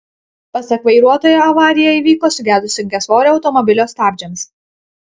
pasak vairuotojo avarija įvyko sugedus sunkiasvorio automobilio stabdžiams